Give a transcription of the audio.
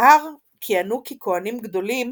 בהר כיהנו ככהנים גדולים